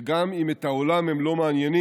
וגם אם את העולם הם לא מעניינים,